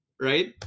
right